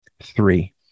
Three